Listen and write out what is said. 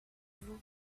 vous